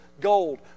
gold